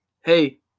Hey